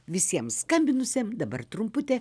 visiems skambinusiem dabar trumputė